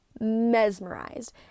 mesmerized